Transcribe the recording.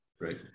right